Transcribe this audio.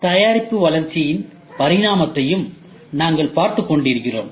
தயாரிப்பு வளர்ச்சியின் பரிணாமத்தையும் நாம் பார்த்துக் கொண்டிருந்தோம்